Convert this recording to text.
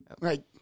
Right